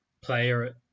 player